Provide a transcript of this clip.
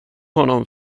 honom